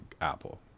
Apple